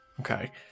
Okay